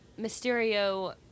Mysterio